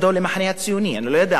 אני לא יודע מה, אדר כהן, מהו?